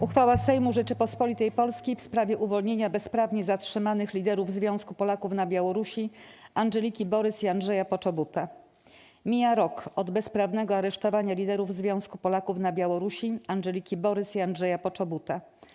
Uchwała Sejmu Rzeczypospolitej Polskiej w sprawie uwolnienia bezprawnie zatrzymanych liderów Związku Polaków na Białorusi Andżeliki Borys i Andrzeja Poczobuta Mija rok od bezprawnego aresztowania liderów Związku Polaków na Białorusi Andżeliki Borys i Andrzeja Poczobuta.